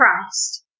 Christ